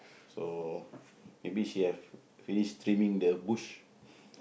so maybe she have finish trimming the bush